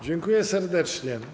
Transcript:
Dziękuję serdecznie.